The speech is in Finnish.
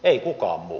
ei kukaan muu